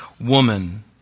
woman